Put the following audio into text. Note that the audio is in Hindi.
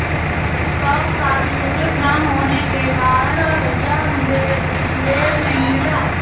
स्टॉक सर्टिफिकेट ना होने के कारण भैया मुझे डिविडेंड नहीं मिला